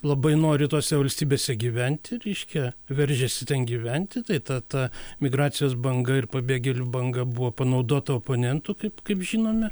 labai nori tose valstybėse gyventi reiškia veržiasi ten gyventi tai ta ta migracijos banga ir pabėgėlių banga buvo panaudota oponentų kaip kaip žinome